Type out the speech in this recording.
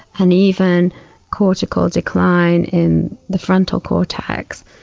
and even cortical decline in the frontal cortex.